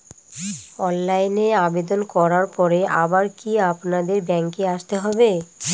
অনলাইনে আবেদন করার পরে আবার কি আপনাদের ব্যাঙ্কে আসতে হবে?